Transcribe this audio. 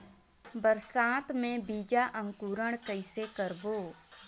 बरसात मे बीजा अंकुरण कइसे करबो?